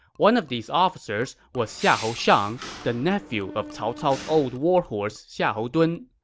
one of these officers was xiahou shang, the nephew of cao cao's old warhorse xiahou dun.